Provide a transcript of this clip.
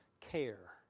care